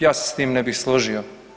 Ja se s tim ne bih složio.